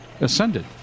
ascended